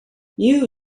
you